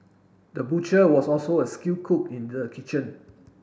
the butcher was also a skilled cook in the kitchen